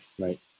Right